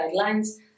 guidelines